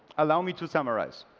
allow me to summarize.